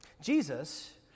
Jesus